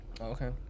Okay